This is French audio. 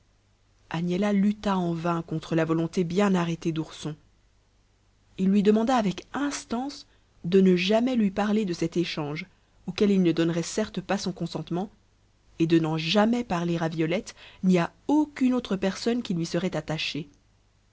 agnella lutta en vain contre la volonté bien arrêtée d'ourson il lui demanda avec instances de ne jamais lui parler de cet échange auquel il ne donnerait certes pas son consentement et de n'en jamais parler à violette ni à aucune autre personne qui lui serait attachée